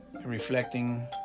reflecting